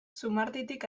zumarditik